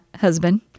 husband